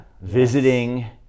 Visiting